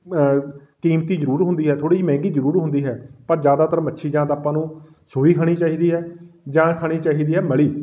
ਕੀਮਤੀ ਜ਼ਰੂਰ ਹੁੰਦੀ ਆ ਥੋੜ੍ਹੀ ਜਿਹੀ ਮਹਿੰਗੀ ਜ਼ਰੂਰ ਹੁੰਦੀ ਹੈ ਪਰ ਜ਼ਿਆਦਾਤਰ ਮੱਛੀ ਜਾਂ ਤਾਂ ਆਪਾਂ ਨੂੰ ਸੂਈ ਖਾਣੀ ਚਾਹੀਦੀ ਹੈ ਜਾਂ ਖਾਣੀ ਚਾਹੀਦੀ ਹੈ ਮਲੀ